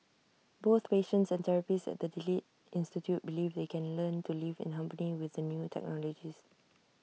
both patients and therapists at the delete institute believe they can learn to live in harmony with the new technologies